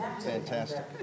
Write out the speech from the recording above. Fantastic